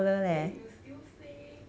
then you still say